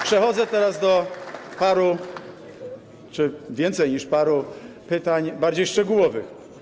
Przechodzę teraz do paru czy więcej niż paru pytań bardziej szczegółowych.